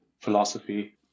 philosophy